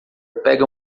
pega